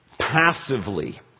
passively